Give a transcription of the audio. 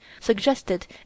suggested